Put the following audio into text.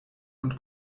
und